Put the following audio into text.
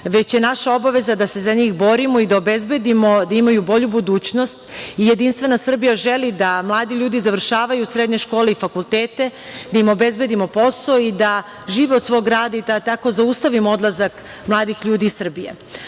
već je naša obaveza da se za njih borimo i da obezbedimo i da imaju bolju budućnost. Jedinstvena Srbija želi da mladi ljudi završavaju srednje škole i fakultete, da im obezbedimo posao i da žive od svog rada i da tako zaustavimo odlazak mladih ljudi iz Srbije. Ako